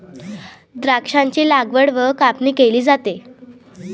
द्राक्षांची लागवड व कापणी केली जाते